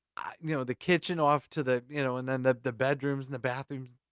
you know the kitchen off to the you know, and then the the bedrooms and the bathrooms.